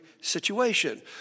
situation